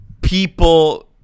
people